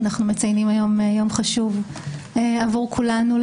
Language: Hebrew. אנחנו מציינים היום יום חשוב עבור כולנו.